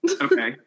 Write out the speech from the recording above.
Okay